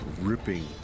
ripping